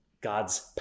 God's